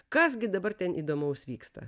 kas gi dabar ten įdomaus vyksta